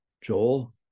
Joel